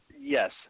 Yes